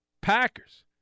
Packers